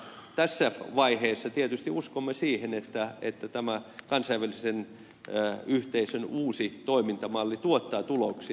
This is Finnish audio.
mutta tässä vaiheessa tietysti uskomme siihen että tämä kansainvälisen yhteisön uusi toimintamalli tuottaa tuloksia